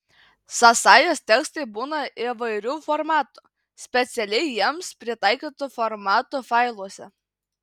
sąsajos tekstai būna įvairių formatų specialiai jiems pritaikytų formatų failuose